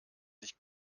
sich